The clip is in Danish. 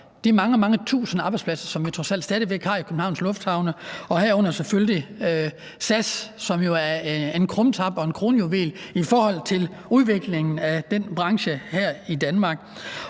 mange, mange tusinde arbejdspladser, som vi trods alt stadig har i Københavns Lufthavne, herunder selvfølgelig SAS, som jo er en krumtap og en kronjuvel i forhold til udviklingen af den branche her i Danmark.